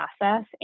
process